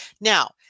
Now